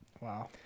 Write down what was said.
Wow